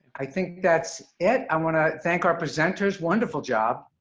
i think that's it. i want to thank our presenters. wonderful job.